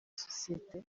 sosiyete